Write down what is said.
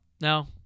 No